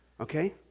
Okay